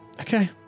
Okay